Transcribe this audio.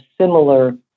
similar